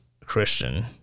Christian